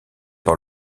par